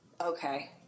Okay